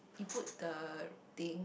you put the thing